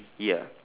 ya